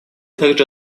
также